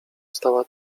stała